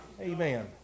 Amen